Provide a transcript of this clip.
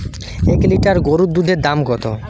এক লিটার গোরুর দুধের দাম কত?